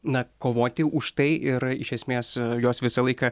na kovoti už tai ir iš esmės jos visą laiką